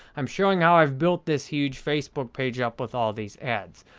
i'm showing how i've built this huge facebook page up with all these ads.